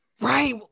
Right